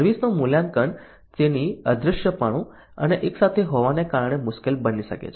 service નું મૂલ્યાંકન તેની અદ્રશ્યપણું અને એક સાથે હોવાને કારણે મુશ્કેલ બની શકે છે